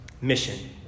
mission